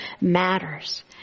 matters